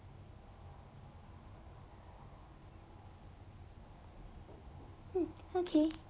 mm okay